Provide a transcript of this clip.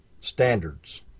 Standards